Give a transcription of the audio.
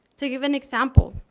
take of an example,